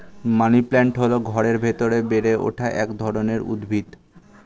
money plant হল ঘরের ভেতরে বেড়ে ওঠা এক ধরনের উদ্ভিদ